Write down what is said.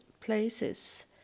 places